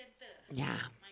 ya